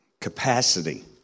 capacity